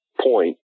point